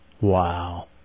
Wow